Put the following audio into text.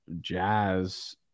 jazz